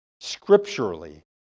Scripturally